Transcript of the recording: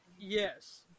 Yes